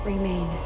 Remain